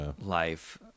life